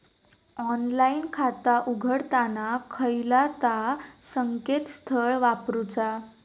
Online खाता उघडताना खयला ता संकेतस्थळ वापरूचा?